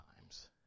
times